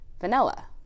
vanilla